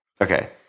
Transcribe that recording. okay